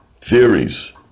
theories